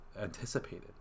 anticipated